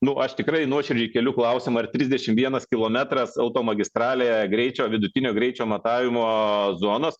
nu aš tikrai nuoširdžiai keliu klausimą ar trisdešimt vienas kilometras automagistralėje greičio vidutinio greičio matavimo zonos